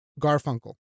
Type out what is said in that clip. Garfunkel